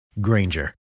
Granger